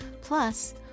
Plus